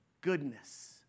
goodness